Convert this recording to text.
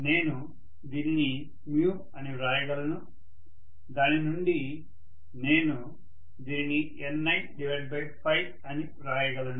నేను దీనిని అని వ్రాయగలను దాని నుండి నేను దీనిని Ni అని వ్రాయగలను